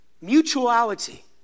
Mutuality